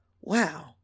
wow